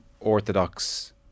orthodox